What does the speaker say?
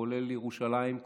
כולל ירושלים,